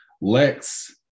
Lex